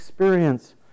Experience